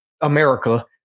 America